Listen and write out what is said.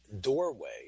doorway